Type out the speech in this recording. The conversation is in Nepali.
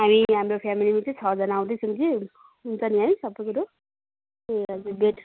हामी हाम्रो फेमलीमा चाहिँ छजना आँउदैछौँ कि हुन्छ नि है सबै कुरो ए हजुर बे